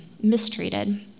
mistreated